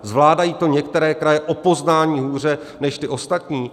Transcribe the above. Zvládají to některé kraje o poznání hůře než ty ostatní?